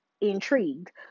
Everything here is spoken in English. intrigued